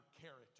character